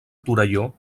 torelló